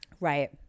right